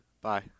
Bye